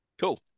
Cool